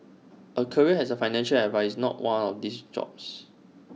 A career as A financial advisor is not one of these jobs